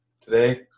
today